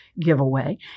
giveaway